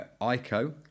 Ico